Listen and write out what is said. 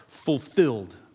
fulfilled